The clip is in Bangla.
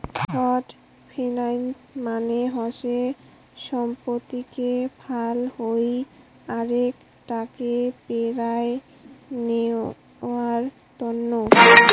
শর্ট ফিন্যান্স মানে হসে সম্পত্তিকে ফাল হই আরেক টাকে পেরায় নেয়ার তন্ন